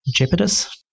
jeopardous